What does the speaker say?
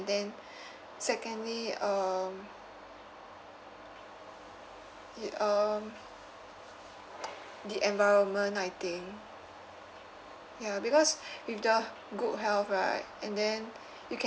then secondly um y~ um the environment I think ya because with the good health right and then you can